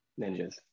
ninjas